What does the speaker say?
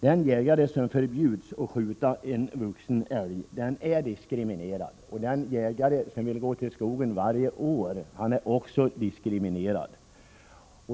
Den jägare som förbjuds att skjuta en vuxen älg är diskriminerad, och den jägare som vill gå ut i skogen och jaga varje år men inte får göra detta är också diskriminerad.